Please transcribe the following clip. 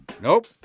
Nope